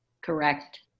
Correct